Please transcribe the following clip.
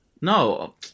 no